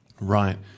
Right